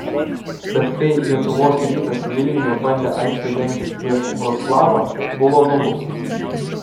bet kai lietuvos rytas vilniuje bandė aikšte dengtis prieš vroclavą buvo nubaustas